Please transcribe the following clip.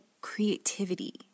creativity